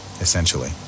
essentially